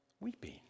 weeping